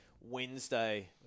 Wednesday